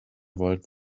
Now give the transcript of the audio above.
wollt